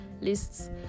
lists